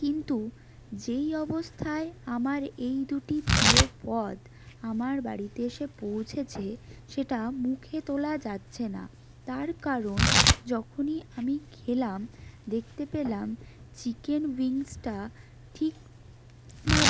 কিন্তু যেই অবস্থায় আমার এই দুটি প্রিয় পদ আমার বাড়িতে এসে পৌঁছেছে সেটা মুখে তোলা যাচ্ছে না তার কারণ যখনই আমি খেলাম দেখতে পেলাম চিকেন উয়িংসটা ঠিকভাবে